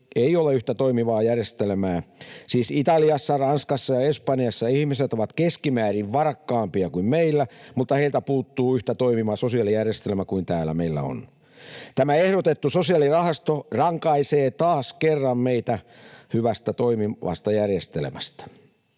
ei ole yhtä toimivaa järjestelmää; siis Italiassa, Ranskassa ja Espanjassa ihmiset ovat keskimäärin varakkaampia kuin meillä, mutta heiltä puuttuu yhtä toimiva sosiaalijärjestelmä kuin täällä meillä on. Tämä ehdotettu sosiaalirahasto rankaisee taas kerran meitä hyvästä, toimivasta järjestelmästä.